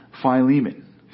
Philemon